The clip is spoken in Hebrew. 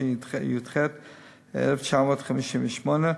התשי"ח 1958,